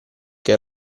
che